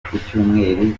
icyumweru